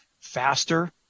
faster